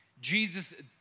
Jesus